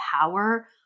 power